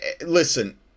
Listen